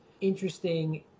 interesting